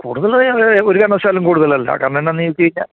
കൂടുതലായി അങ്ങനെ ഒരു കാരണവശാലും കൂടുതലല്ല കാരണെമെന്നാന്നു വച്ചുകഴിഞ്ഞാല്